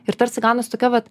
ir tarsi gaunasi tokia vat